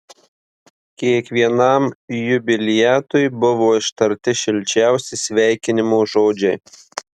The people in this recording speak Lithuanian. kiekvienam jubiliatui buvo ištarti šilčiausi sveikinimo žodžiai